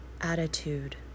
attitude